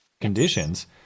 conditions